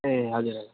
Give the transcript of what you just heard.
ए हजुर हजुर